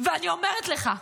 ואני אומרת לך,